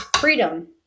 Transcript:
freedom